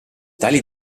tali